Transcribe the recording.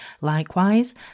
Likewise